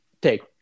take